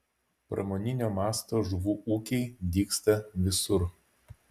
pramoninio masto žuvų ūkiai dygsta visur